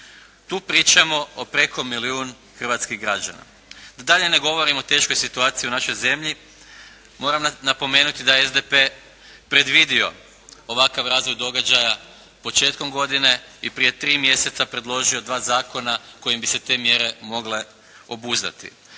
Tu pričamo o preko milijun hrvatskih građana. Da dalje ne govorimo o teškoj situaciji u našoj zemlji moram napomenuti da je SDP predvidio ovakav razvoj događaja početkom godine i prije 3 mjeseca predložio dva zakona kojim bi se te mjere mogle obuzdati.